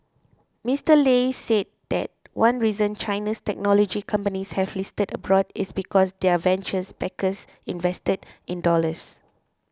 Mister Lei said that one reason China's technology companies have listed abroad is because their venture backers invested in dollars